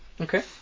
okay